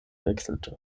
wechselte